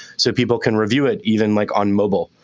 so people can review it, even like on mobile.